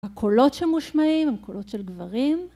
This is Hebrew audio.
הקולות שמושמעים הן קולות של גברים.